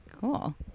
Cool